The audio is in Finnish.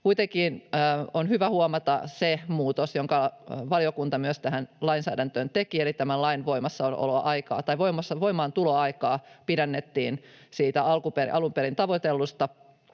Kuitenkin on hyvä huomata se muutos, jonka valiokunta myös tähän lainsäädäntöön teki, eli tämän lain voimaantuloaikaa pidennettiin siitä alun perin tavoitellusta,